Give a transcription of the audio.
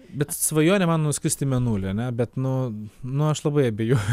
bet svajonė man nuskrist į mėnulį ar ne bet nu nu aš labai abejoju